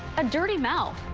a dirty mouth.